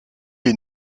est